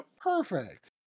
Perfect